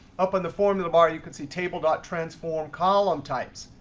up in the formula bar, you can see table dot transform column types.